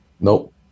Nope